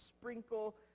sprinkle